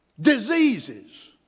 diseases